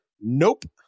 Nope